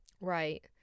Right